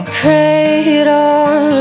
cradle